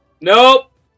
nope